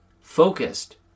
focused